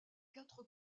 quatre